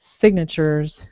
signatures